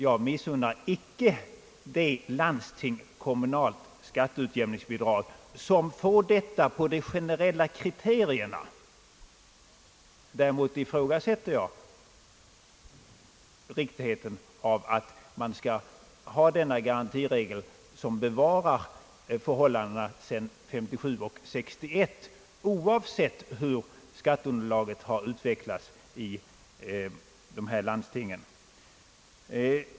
Jag missunnar inte det landsting kommunalt skatteutjämningsbidrag, som får detta på de generella kriterierna. Däre mot ifrågasätter jag riktigheten av att man skall ha denna garantiregel, som bevarar förhållandena sedan 1957 och 1961, oavsett hur skatteunderlaget har utvecklats i dessa landsting.